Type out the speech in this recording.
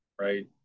right